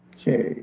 Okay